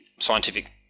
scientific